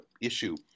issue